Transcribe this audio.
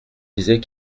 disait